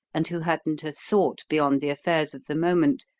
and who hadn't a thought beyond the affairs of the moment,